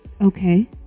okay